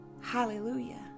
Hallelujah